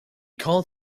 called